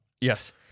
Yes